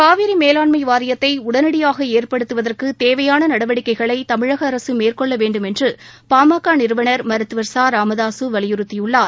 காவிரி மேலாண்ம வாரியத்தை உடனடியாக ஏற்படுத்துவதற்கு தேவையான நடவடிக்கைகளை தமிழக அரசு மேற்கொள்ள வேண்டும் என்று பாமக நிறுவனர் மருத்துவர் ச ராமதாசு வலியுறுத்தியுள்ளார்